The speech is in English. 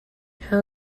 how